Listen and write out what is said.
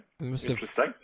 interesting